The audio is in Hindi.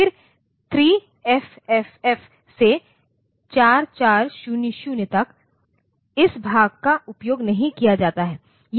फिर 3FFF से 4400 तक इस भाग का उपयोग नहीं किया जाता है